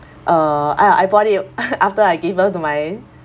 uh uh I bought it after I gave birth to my